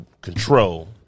control